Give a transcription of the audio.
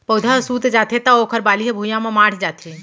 पउधा ह सूत जाथे त ओखर बाली ह भुइंया म माढ़ जाथे